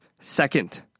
Second